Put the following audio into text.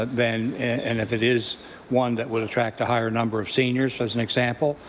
ah then and if it is one that will attract a higher number of seniors, as an example,